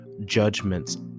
judgments